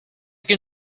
can